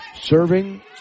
Serving